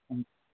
ਹਾਂਜੀ